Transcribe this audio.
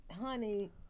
honey